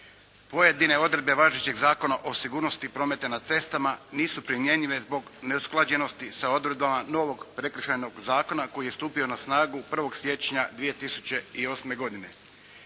Neke odredbe važećeg zakona više nisu primjenjive zbog neusklađenosti sa odredbama novog Prekršajnog zakona koji je stupio na snagu 2008. godine.